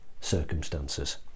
circumstances